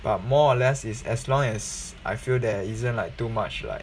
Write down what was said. but more or less is as long as I feel there isn't like too much like